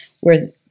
Whereas